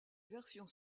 versions